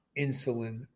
insulin